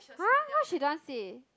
!huh! why she don't want say